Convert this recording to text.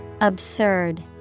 absurd